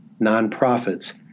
nonprofits